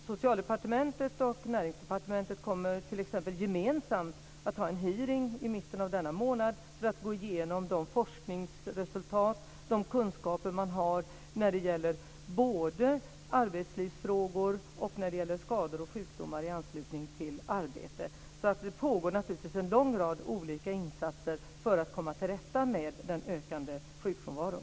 Socialdepartementet och Näringsdepartementet kommer gemensamt att ha en hearing i mitten av denna månad för att gå igenom de forskningsresultat och de kunskaper man har när det gäller både arbetslivsfrågor och skador och sjukdomar i anslutning till arbete. Det pågår alltså en lång rad olika insatser för att komma till rätta med den ökande sjukfrånvaron.